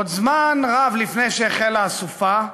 עוד זמן רב לפני שהחלה הסופה,